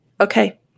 okay